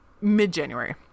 mid-january